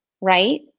right